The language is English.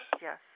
Yes